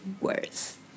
words